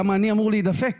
למה אני אמור להידפק?